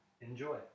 Enjoy